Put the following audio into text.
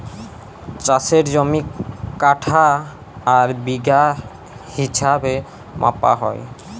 চাষের জমি কাঠা আর বিঘা হিছাবে মাপা হ্যয়